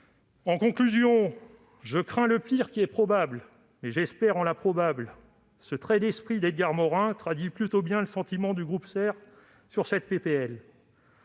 colossale. « Je crains le pire, qui est probable, mais j'espère en l'improbable »: ce trait d'esprit d'Edgar Morin traduit plutôt bien le sentiment du groupe SER sur cette